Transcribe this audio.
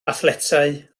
athletau